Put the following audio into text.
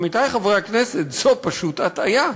עמיתי חברי הכנסת, זאת פשוט הטעיה.